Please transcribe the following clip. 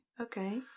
Okay